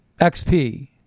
XP